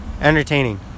Entertaining